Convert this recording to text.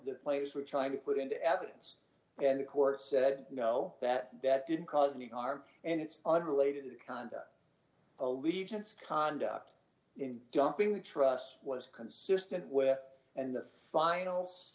the players were trying to put into evidence and the court said no that bet didn't cause any harm and it's unrelated conduct allegiance conduct in dumping the trust was consistent with and the final